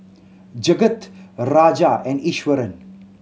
Jagat Raja and Iswaran